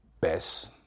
best